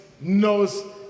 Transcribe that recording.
knows